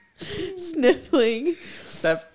sniffling